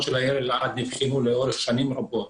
של העיר אלעד נבחנו לאורך שנים רבות.